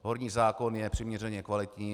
Horní zákon je přiměřeně kvalitní.